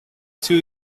two